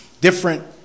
different